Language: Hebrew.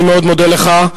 אני מאוד מודה לך.